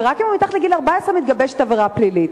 ורק אם הוא מתחת לגיל 14 מתגבשת עבירה פלילית.